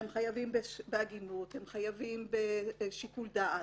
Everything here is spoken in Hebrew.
הם חייבים בהגינות, הם חייבים בשיקול דעת,